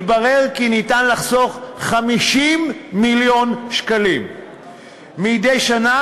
התברר כי אפשר לחסוך 50 מיליון שקלים מדי שנה